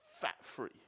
fat-free